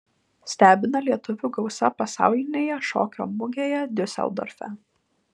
stebina lietuvių gausa pasaulinėje šokio mugėje diuseldorfe